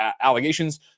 allegations